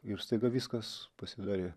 ir staiga viskas pasidarė